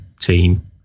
team